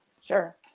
Sure